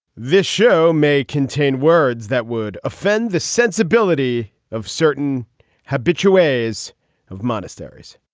this show may contain words that would offend the sensibility of certain habitual ways of monasteries